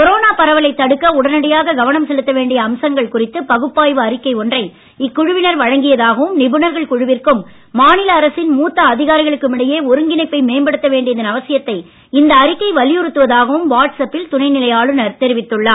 corona பரவலை தடுக்க உடனடியாக கவனம் செலுத்த வேண்டிய அம்சங்கள் குறித்து பகுப்பாய்வு அறிக்கை ஒன்றை இக்குழுவினர் வழங்கியதாகவும் நிபுணர்கள் குழுவிற்கும் மாநில அரசின் மூத்த அதிகாரிகளுக்கும் இடையே ஒருங்கிணைப்பை மேம்படுத்த வேண்டியதன் அவசியத்தை இந்த அறிக்கை வலியுறுத்துவதாகவும் வாட்ஸ்ஆப்பில் துணைநிலை ஆளுநர் தெரிவித்துள்ளார்